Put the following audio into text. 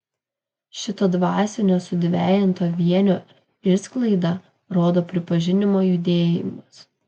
šito dvasinio sudvejinto vienio išsklaidą rodo pripažinimo judėjimas